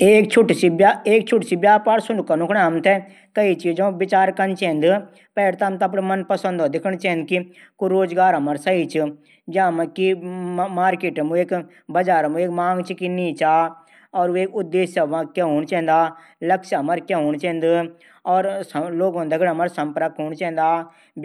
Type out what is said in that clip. एक छुटू सी व्यापार शुरू कनू कूणे हमथे। कई चीजो विचार कन चैंद। पैल त हमथै अपडू मन पंसद दिखण चैंद की यू रोजगार हमकुने सही च। मार्केट मा वीं चीज कमी चा। मांग चा। कि नीचा। वेकू उद्देश्य दिखण चैंद। लक्ष्य हमरू क्या चा। लोंगों दगड हमर संपर्क हूनू चैदा।